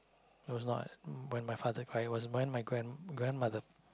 it was not when my father cry it was when my grand~ grandmother